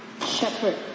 Shepherd